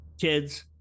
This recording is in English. kids